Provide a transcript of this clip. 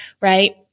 right